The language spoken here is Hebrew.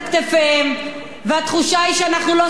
התחושה היא שאנחנו לא סופרים את הציבור,